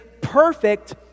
perfect